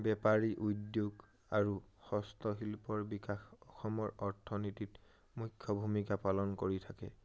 বেপাৰী উদ্যোগ আৰু হস্তশিল্পৰ বিকাশ অসমৰ অৰ্থনীতিত মুখ্য ভূমিকা পালন কৰি থাকে